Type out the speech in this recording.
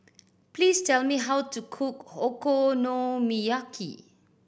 please tell me how to cook Okonomiyaki